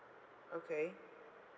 okay